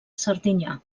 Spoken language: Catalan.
serdinyà